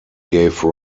gave